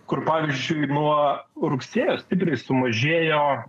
kur pavyzdžiui nuo rugsėjo stipriai sumažėjo